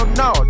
no